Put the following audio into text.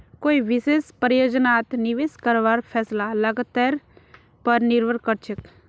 कोई विशेष परियोजनात निवेश करवार फैसला लागतेर पर निर्भर करछेक